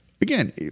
again